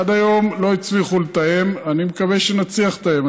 עד היום לא הצליחו לתאם, אני מקווה שנצליח לתאם.